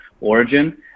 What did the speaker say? origin